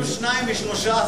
אבל אנחנו שניים מ-13,